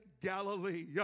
Galilee